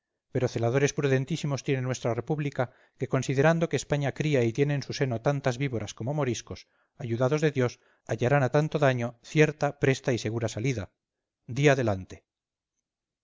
pero celadores prudentísimos tiene nuestra república que considerando que españa cría y tiene en su seno tantas víboras como moriscos ayudados de dios hallarán a tanto daño cierta presta y segura salida di adelante